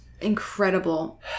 incredible